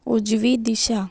उजवी दिशा